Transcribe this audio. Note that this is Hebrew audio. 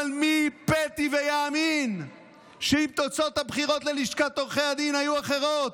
אבל מי פתי ויאמין שאם תוצאות הבחירות ללשכת עורכי הדין היו אחרות,